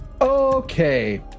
Okay